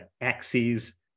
axes